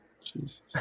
Jesus